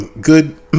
good